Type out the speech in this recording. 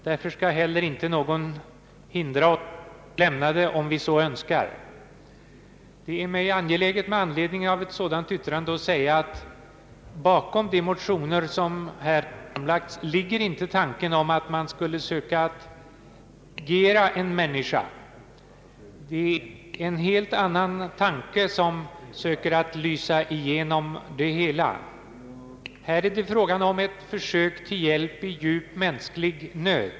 Därför skall heller ingen hindra oss att lämna det om vi så önskar.» Det är mig angeläget att med anledning av ett sådant yttrande säga att bakom de motioner som här väckts ligger inte tanken att man skulle söka dirigera en människa. Det är en helt annan tanke som söker lysa igenom. Här är det fråga om ett försök till hjälp vid djup mänsklig nöd.